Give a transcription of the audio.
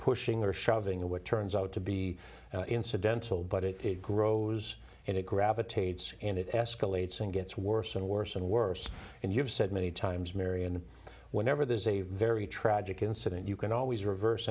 pushing or shoving the what turns out to be incidental but it grows and it gravitates and it escalates and gets worse and and worse and you've said many times marion whenever there's a very tragic incident you can always reverse